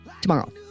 tomorrow